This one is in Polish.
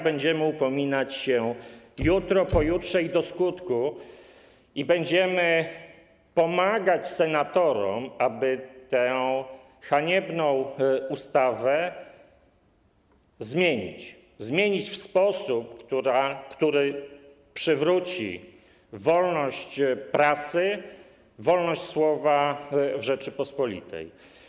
Będziemy upominać się jutro, pojutrze i do skutku i będziemy pomagać senatorom zmienić tę haniebną ustawę, zmienić ją w sposób, który przywróci wolność prasy, wolność słowa w Rzeczypospolitej.